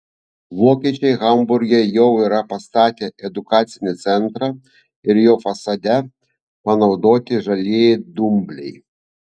vokiečiai hamburge jau yra pastatę edukacinį centrą ir jo fasade panaudoti žalieji dumbliai